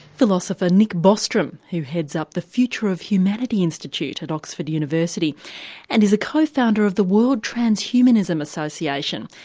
philosopher nick bostrom, who heads up the future of humanity institute at oxford university and is a co-founder of the world transhumanism association.